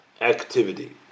activity